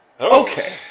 Okay